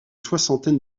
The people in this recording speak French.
soixantaine